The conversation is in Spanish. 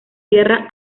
sierra